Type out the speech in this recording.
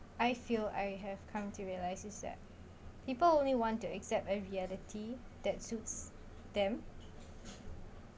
I feel I have come to realise is that people only want to accept a reality that suits them